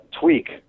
tweak